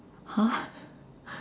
!huh!